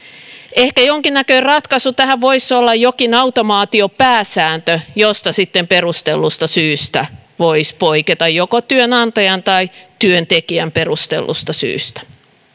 ehkä jonkinnäköinen ratkaisu tähän voisi olla jokin automaatiopääsääntö josta sitten perustellusta syystä voisi poiketa joko työnantajan tai työntekijän perustellusta syystä